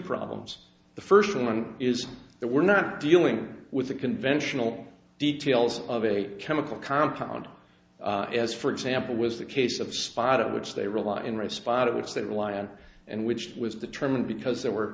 problems the first one is that we're not dealing with the conventional details of a chemical compound as for example was the case of spot at which they rely on my spot of which that lie on and which was determined because there were